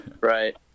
Right